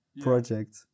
project